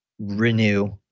renew